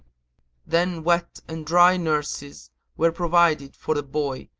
then wet and dry nurses were provided for the boy